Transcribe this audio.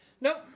Nope